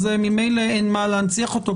אז ממילא אין מה להנציח אותו,